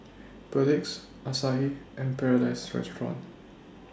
Perdix Asahi and Paradise Restaurant